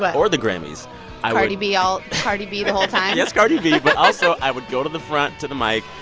but or the grammys cardi b all cardi b the whole time? yes, cardi b but also, i would go to the front to the mic,